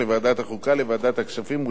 לוועדת הכספים ולשר המשפטים.